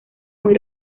muy